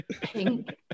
pink